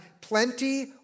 plenty